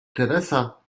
teresa